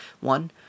one